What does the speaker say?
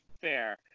fair